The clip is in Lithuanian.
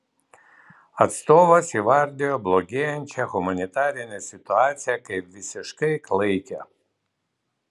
atstovas įvardijo blogėjančią humanitarinę situaciją kaip visiškai klaikią